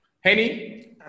Henny